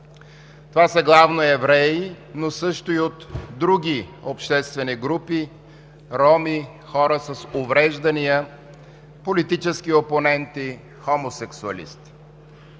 Това са главно евреи, но също и от други обществени групи – роми, хора с увреждания, политически опоненти, хомосексуалисти.